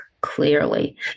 clearly